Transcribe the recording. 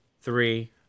three